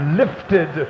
lifted